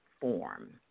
form